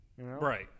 Right